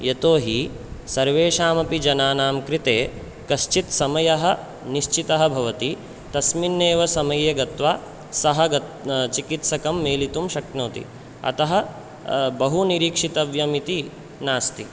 यतो हि सर्वेषामपि जनानां कृते कश्चित् समयः निश्चितः भवति तस्मिन्नेव समये गत्वा सः चिकित्सकं मेलितुं शक्नोति अतः बहुनिरीक्षितव्यमिति नास्ति